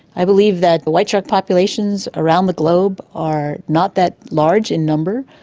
i believe that white shark populations around the globe are not that large in number,